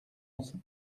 onze